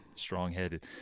strong-headed